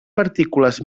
partícules